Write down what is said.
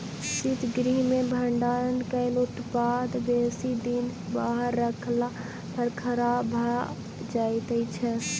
शीतगृह मे भंडारण कयल उत्पाद बेसी दिन बाहर रखला पर खराब भ जाइत छै